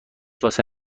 واسه